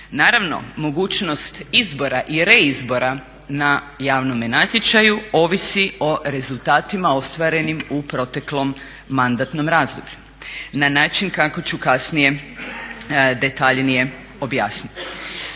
Naravno, mogućnost izbora i reizbora na javnome natječaju ovisi o rezultatima ostvarenim u proteklom mandatnom razdoblju na način kako ću kasnije detaljnije objasniti.